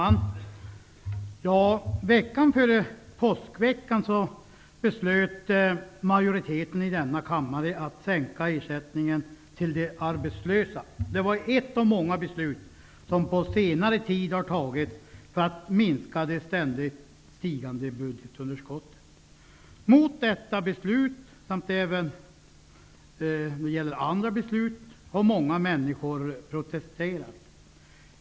Herr talman! Veckan före påskveckan beslutade majoriteten i denna kammare att man skulle sänka ersättningen till de arbetslösa. Det var ett av många beslut som på senare tid har fattats för att det ständigt stigande budgetunderskottet skall minskas. Mot detta beslut, samt även andra beslut, har många människor protesterat.